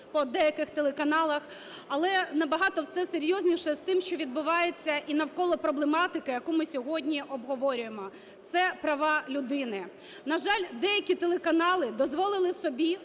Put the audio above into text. по деяких телеканалах. Але набагато все серйозніше з тим, що відбувається і навколо проблематики, яку ми сьогодні обговорюємо, – це права людини. На жаль, деякі телеканали дозволили собі